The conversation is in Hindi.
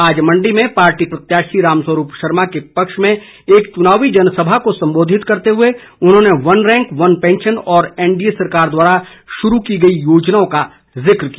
आज मण्डी में पार्टी प्रत्याशी रामस्वरूप शर्मा के पक्ष में एक चुनावी जनसभा को संबोधित करते हुए उन्होंने वन रैंक वन पैंशन और एनडीए सरकार द्वारा शुरू की गई योजनाओं का जिक्र किया